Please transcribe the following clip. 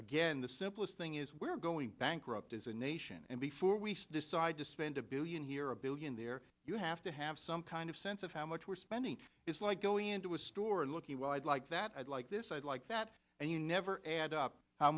again the simplest thing is we're going bankrupt as a nation and before we side to spend a billion here a billion there you have to have some kind of sense of how much we're spending is like going into a store and looking well i'd like that i'd like this like that and you never add up how